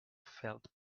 felt